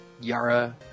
Yara